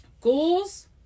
Ghouls